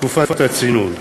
"תקופת הצינון".